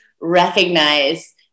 recognize